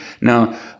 now